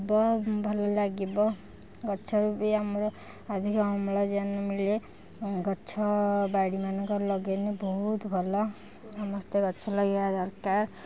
ହବ ଭଲ ଲାଗିବ ଗଛରୁ ବି ଆମର ଅଧିକ ଅମ୍ଳଜାନ ମିଳେ ଗଛ ବାଡ଼ି ମାନଙ୍କରେ ଲଗାଇଲେ ବହୁତ ଭଲ ସମସ୍ତେ ଗଛ ଲଗାଇବା ଦରକାର